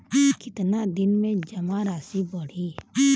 कितना दिन में जमा राशि बढ़ी?